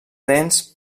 dents